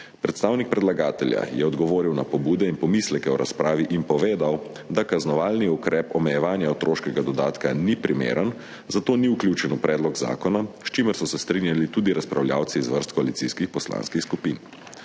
Predstavnik predlagatelja je odgovoril na pobude in pomisleke v razpravi in povedal, da kaznovalni ukrep omejevanja otroškega dodatka ni primeren, zato ni vključen v predlog zakona, s čimer so se strinjali tudi razpravljavci iz vrst koalicijskih poslanskih skupin.